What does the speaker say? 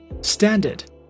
Standard